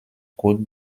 good